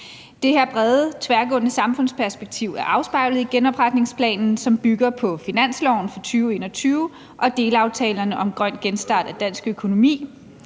Det her brede, tværgående samfundsperspektiv er afspejlet i genopretningsplanen, som bygger på finansloven for 2021 og delaftalerne om grøn genstart af dansk økonomi.